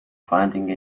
finding